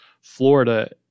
Florida